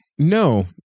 No